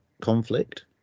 conflict